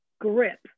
grip